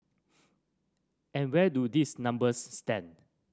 and where do these numbers stand